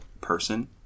person